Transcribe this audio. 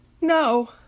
No